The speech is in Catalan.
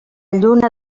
lluna